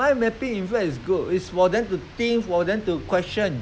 mind mapping in fact is good is for them to think for them to question